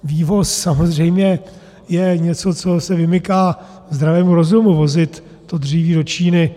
Vývoz je samozřejmě něco, co se vymyká zdravému rozumu, vozit to dříví do Číny.